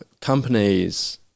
companies